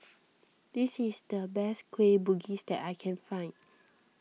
this is the best Kueh Bugis that I can find